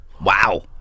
Wow